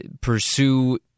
pursue